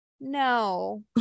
no